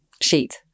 sheet